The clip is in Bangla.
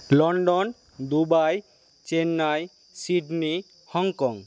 London Dubai Chennai Sydney Hong Kong